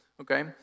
okay